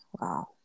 wow